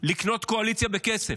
לקנות קואליציה בכסף.